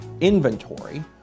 inventory